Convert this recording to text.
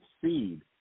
seed